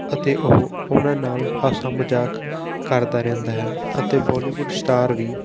ਅਤੇ ਉਹ ਉਹਨਾਂ ਨਾਲ ਹਾਸਾ ਮਜਾਕ ਕਰਦਾ ਰਹਿੰਦਾ ਹੈ ਅਤੇ ਬੋਲੀਵੁੱਡ ਸਟਾਰ ਵੀ